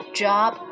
job